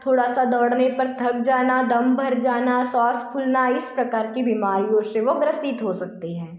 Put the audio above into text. थोड़ा सा दौड़ने पर थक जाना दम भर जाना साँस फूलना इस प्रकार की बीमारियों से वह ग्रसित हो सकते हैं